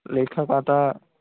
लेखक आता